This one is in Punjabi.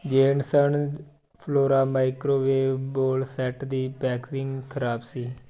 Jensen Flora microwave bowl set ਦੀ ਪੈਕੇਜਿੰਗ ਖਰਾਬ ਸੀ